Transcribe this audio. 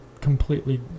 completely